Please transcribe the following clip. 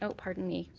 ah pardon me.